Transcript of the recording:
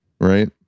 right